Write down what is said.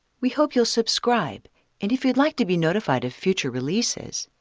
we hope you'll subscribe and if you'd like to be notified of future releases,